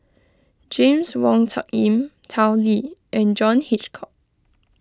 James Wong Tuck Yim Tao Li and John Hitchcock